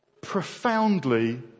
profoundly